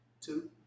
Two